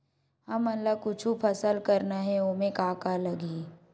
हमन ला कुछु फसल करना हे ओमा का का लगही?